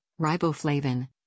riboflavin